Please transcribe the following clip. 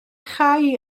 chau